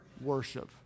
worship